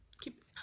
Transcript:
keep